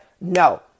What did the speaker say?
No